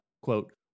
quote